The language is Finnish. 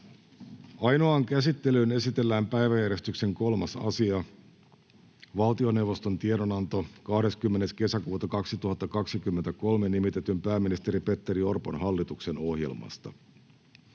Ainoaan käsittelyyn esitellään päiväjärjestyksen 3. asia, valtioneuvoston tiedonanto 20.6.2023 nimitetyn pääministeri Petteri Orpon hallituksen ohjelmasta.